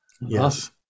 Yes